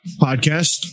podcast